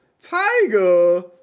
Tiger